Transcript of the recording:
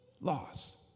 loss